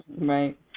Right